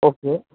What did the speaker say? okay